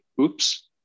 oops